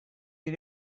get